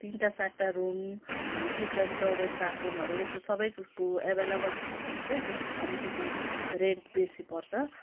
तिनवटा चारवटा room kitchen toilet बाथरुमहरू यस्तो सबैको एभाइलेभल छ भने चाहिँ त्यसमा अलिकति रेन्ट बेसी पर्छ